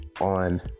on